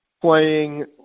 playing